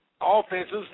offenses